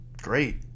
great